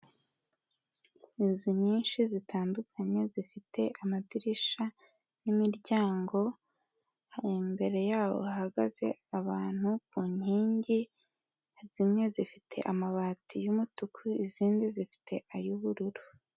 Inzu nyinshi zitandukanye zifite amadirishya n'imiryango, imbere yaho hahagaze abantu ku nkingi zimwe zifite amabati y'umutuku, izindi zifite ay'ubururu.